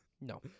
No